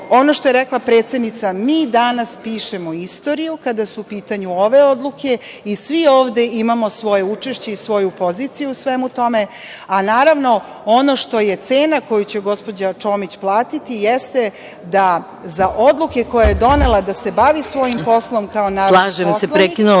što je rekla predsednica, mi danas pišemo istoriju kada su u pitanju ove odluke i svi ovde imamo svoje učešće i svoju poziciju u svemu tome, a naravno ono što je cena koju će gospođa Čomić platiti jeste da za odluke koje je donela da se bavi svojim poslom kao narodni poslanik…